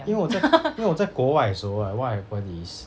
因为我在因为我在国外的时候 right what happen is